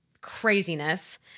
craziness